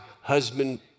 husband